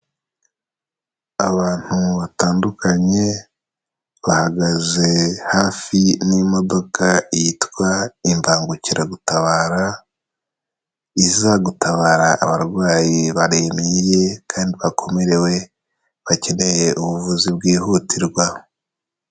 Abantu batandukanye bahagaze hafi n'imodoka yitwa imbangukiragutabara, iza gutabara abarwayi barembye kandi bakomerewe bakeneye ubuvuzi bwihutirwa.